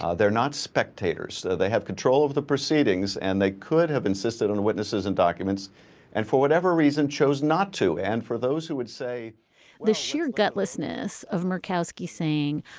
ah they're not spectators. they have control of the proceedings. and they could have insisted on witnesses and documents and for whatever reason, chose not to and for those who would say the sheer gutlessness of murkowski saying,